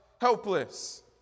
helpless